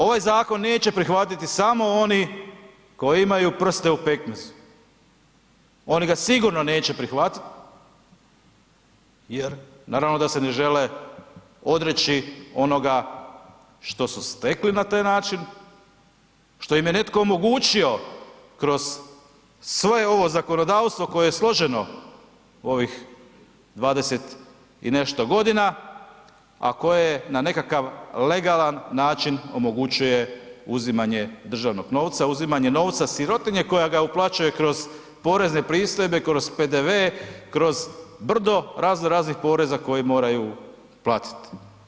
Ovaj zakon neće prihvatiti samo oni koji imaju prste u pekmezu, oni ga sigurno neće prihvatit jer naravno da se ne žele odreći onoga što su stekli na taj način, što im je netko omogućio kroz svoje ovo zakonodavstvo koje je složeno ovih 20 i nešto godina, a koje je na nekakav legalan način omogućuje uzimanje državnog novca, uzimanje novca sirotinji koja ga uplaćuje kroz porezne pristojbe, kroz PDV, kroz brdo razno raznih poreza koje moraju platiti.